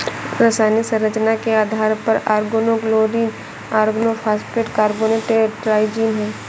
रासायनिक संरचना के आधार पर ऑर्गेनोक्लोरीन ऑर्गेनोफॉस्फेट कार्बोनेट ट्राइजीन है